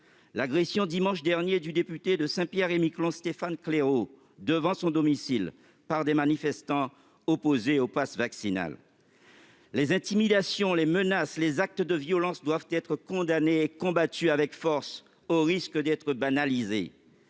l'agression dimanche dernier du député de Saint-Pierre-et-Miquelon, Stéphane Claireaux, devant son domicile, par des manifestants opposés au passe vaccinal. Les intimidations, les menaces, les actes de violence doivent être condamnés et combattus avec force, au risque d'être banalisés.